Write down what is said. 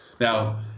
Now